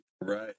Right